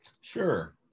Sure